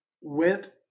went